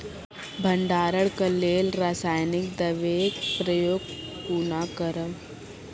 भंडारणक लेल रासायनिक दवेक प्रयोग कुना करव?